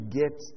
get